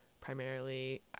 primarily